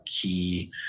key